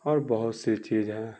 اور بہت سی چیز ہیں